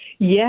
Yes